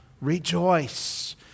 rejoice